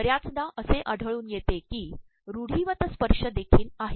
बर् याचदा असे आढळून येते की रूढीवत स्त्पशय देखील आहेत